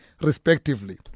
respectively